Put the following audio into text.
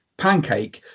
pancake